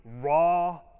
raw